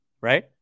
right